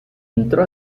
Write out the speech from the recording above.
entró